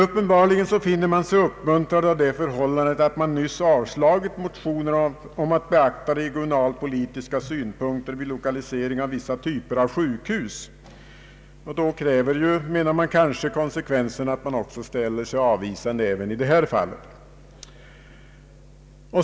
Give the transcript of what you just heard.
Uppenbarligen finner man sig uppmuntrad av det förhållandet att man nyss avslagit motioner om att beakta regionalpolitiska synpunkter vid lokalisering av vissa typer av sjukhus, och då menar man kanske att konsekvensen kräver att man ställer sig avvisande även i detta fall.